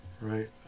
right